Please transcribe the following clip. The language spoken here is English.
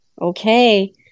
Okay